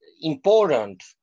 important